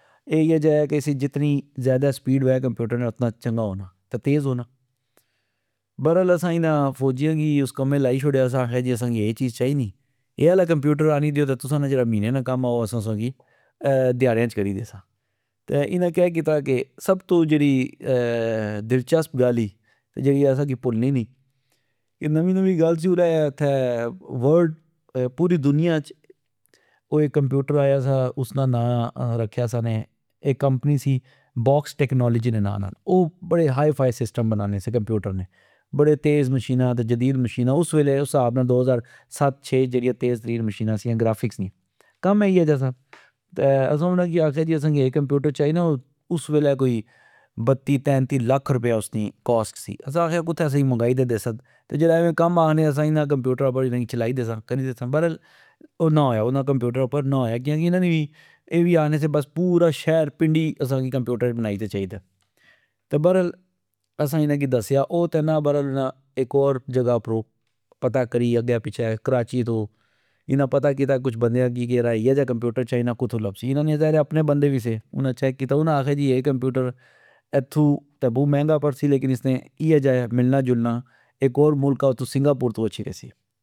اے اییا جا اسنی جتنی سپیڈ وہ کمپیوٹر اتنا چنگا ہونا تہ تیز ہونا ۔برل اسا انا فوجیا کی اس کمہ لائی چھوڑیا سا اسا آکھیا اے چیز چائی نی ،اے آلا کمپیوٹر آنی دیو تہ تسا نا جیڑا مہینے آلا کم آ ،او اسا تسا کی اہہ دیاڑیاچ کری دیسا ۔تہ انا کہ کیتا کہ سب تو جیڑی دلچسپ گل ای ،جیڑی اسا کی پلنی نی ۔اے نوی نوی گل سی الہ اتھہ ورد پوری دنیاچ اک کمپیوٹر آیا سا اسنا نا رکھیا سا نے اک کمپنی سی بوکس ٹیکنالوجی نے نام نال او بڑے ہائے فائے سسٹم بنانے سے کمپیوٹر نے ،بڑے تیز مشینا تہ تہ جدید مشینا اس خساب نال جیڑے دو ہزار ست چھ جیڑیا تیز مشینا سیا گرافکس نیا ،کم اییہ جا سا تہ اسا انا کی آکھیا جی اسا کی اے کمپیوٹر چائی نا ،اس ویلہ کوئی بتی تینتی لکھ رپیا اسنی کاسٹ سی ۔اسا آکھیا کتھہ اسا کی منگائی تہ دیسن ،تہ جیڑا اے کم آکھنے اسا انا کمپیوٹرا اپر انا کی چلائی دیسا کری دیسا او نا ہویا کیاکہ انا نی وی اے وی آکھنے سے کہ پورا شہر پنڈی اسا کی کمپیوٹر بنائی تہ چائی دہہ۔ تہ برل اساانا کی دسیا او تہ نا برل انا اک اور جگہ اپروپتا کری اگہ پچھہ کراچی تو انا پتا کیتا کجا بندیا کی یرا اییہ جا کمپیوٹر چائی نا کتھو لبسی ،انا نا ذائر آ اپنے بندے وی سےانا چیک کیتا انا آکھیا کہ اے کمپیوٹر اتھو تہ مہنگا پڑسی لیکن اسنا اییہ جا ملنا جلنا اک اور ملک آ اتھو سنگاپور تو اچھی ریسی